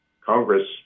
Congress